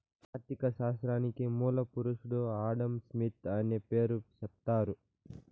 ఆర్ధిక శాస్త్రానికి మూల పురుషుడు ఆడంస్మిత్ అనే పేరు సెప్తారు